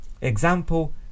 example